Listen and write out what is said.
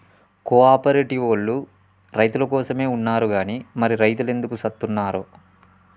కో ఆపరేటివోల్లు రైతులకోసమే ఉన్నరు గని మరి రైతులెందుకు సత్తున్నరో